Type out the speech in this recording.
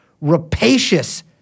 rapacious